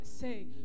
say